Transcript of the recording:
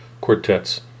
quartets